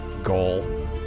goal